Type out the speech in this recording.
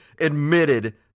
admitted